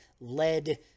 led